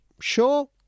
sure